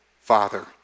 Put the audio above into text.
Father